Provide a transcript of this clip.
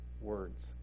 words